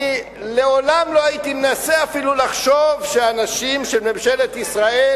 לעולם לא הייתי מנסה לחשוב שאנשים של ממשלת ישראל